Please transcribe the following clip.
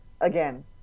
again